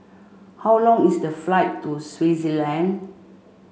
how long is the flight to Swaziland